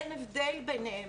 אין הבדל ביניהם.